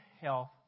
health